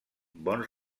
bons